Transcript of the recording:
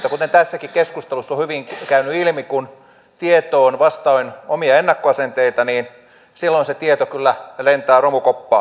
kuten tässäkin keskustelussa on hyvin käynyt ilmi kun tieto on vastaan omia ennakkoasenteita niin silloin se tieto kyllä lentää romukoppaan